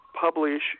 publish